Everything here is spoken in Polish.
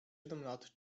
lat